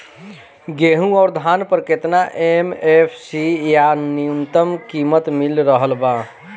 गेहूं अउर धान पर केतना एम.एफ.सी या न्यूनतम कीमत मिल रहल बा?